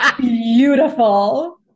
beautiful